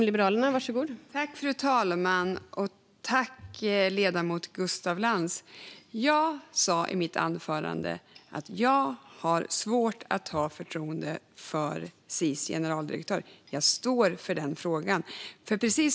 Fru talman! Jag sa i mitt anförande att jag har svårt att ha förtroende för Sis generaldirektör. Jag står för det uttalandet.